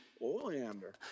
Oleander